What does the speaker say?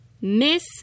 Miss